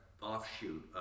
Offshoot